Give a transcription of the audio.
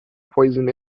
poison